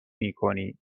میکنی